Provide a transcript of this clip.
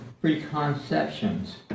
preconceptions